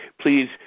please